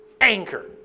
anchor